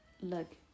Look